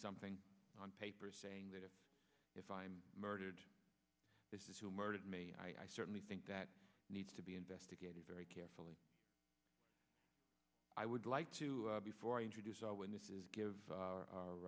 something on paper saying that if i'm murdered this is who murdered me and i certainly think that needs to be investigated very carefully i would like to before i introduce our witnesses